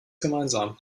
gemeinsam